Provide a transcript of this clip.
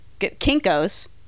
kinko's